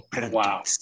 Wow